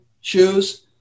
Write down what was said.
shoes